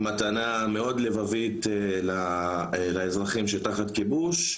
מתנה מאוד לבבית לאזרחים שתחת כיבוש,